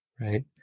Right